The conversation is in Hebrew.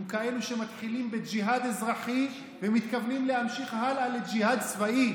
עם כאלה שמתחילים בג'יהאד אזרחי ומתכוונים להמשיך הלאה לג'יהאד צבאי,